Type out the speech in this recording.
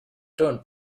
don’t